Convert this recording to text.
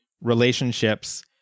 relationships